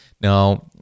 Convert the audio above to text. now